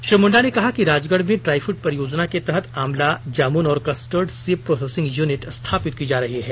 श्री अर्ज्न मुंडा ने कहा कि राजगढ़ में ट्राई फूड परियोजना के तहत आमला जामुन और कस्टड सेब प्रोसेसिंग यूनिट स्थापित की जा रही है